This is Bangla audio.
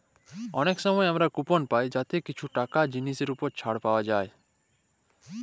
অলেক সময় আমরা কুপল পায় যাতে কিছু টাকা জিলিসের উপর ছাড় পাউয়া যায়